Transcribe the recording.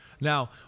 Now